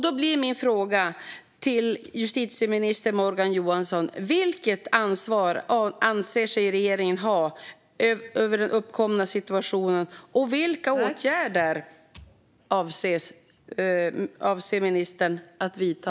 Då blir min fråga till justitieminister Morgan Johansson: Vilket ansvar anser sig regeringen ha för den uppkomna situationen, och vilka åtgärder avser ministern att vidta?